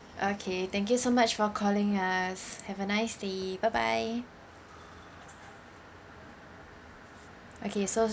okay thank you so much for calling us have a nice day bye bye okay so